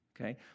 okay